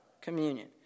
communion